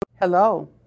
Hello